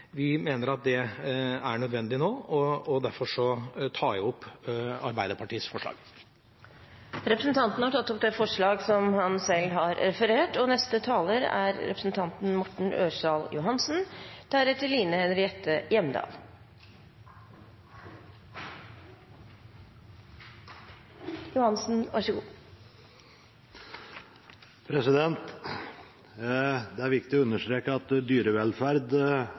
Vi mener at det er nødvendig nå, og derfor tar jeg opp Arbeiderpartiets forslag. Representanten Knut Storberget har tatt opp det forslaget han refererte til. Det er viktig å understreke at dyrevelferd er viktig – jeg tror for samtlige partier i denne salen. Derfor har vi også et regelverk om dyrevelferd som er